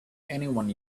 anyone